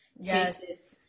yes